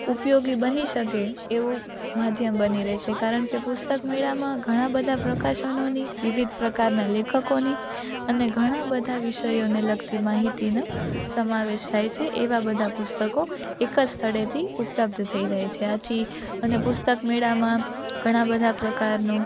ઉપયોગી બની શકે એવું માધ્યમ બની રહે છે કારણ કે પુસ્તક મેળામાં ઘણાં બધાં પ્રકાશોનોની વિવિધ પ્રકારના લેખકોની અને ઘણા બધા વિષયોને લગતી માહિતીનો સમાવેશ થાય છે એવાં બધાં પુસ્તકો એક જ સ્થળેથી ઉપલબ્ધ થઈ જાય છે આથી અને પુસ્તક મેળામાં ઘણા બધા પ્રકારનો